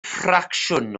ffracsiwn